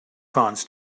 funds